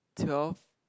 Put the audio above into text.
twelve